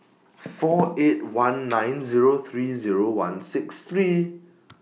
four eight one nine Zero three Zero one six three